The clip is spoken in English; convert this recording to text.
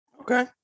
Okay